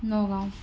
Nagaon